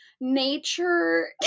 nature